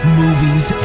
movies